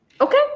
Okay